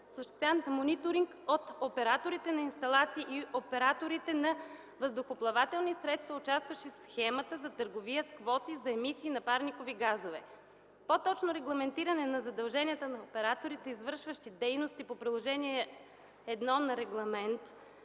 на мониторинг от операторите на инсталации и операторите на въздухоплавателни средства, участващи в схемата за търговия с квоти за емисии на парникови газове); - по-точно регламентиране на задълженията на операторите, извършващи дейности по приложение I на Регламент